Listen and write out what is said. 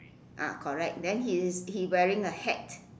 ah correct then he's he wearing a hat